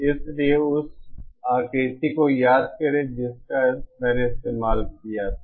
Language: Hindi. इसलिए उस आकृति को याद करें जिसका मैंने इस्तेमाल किया था